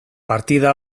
partida